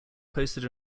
posted